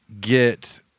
get